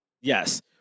Yes